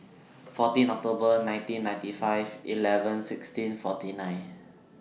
fourteen October nineteen ninety five eleven sixteen forty nine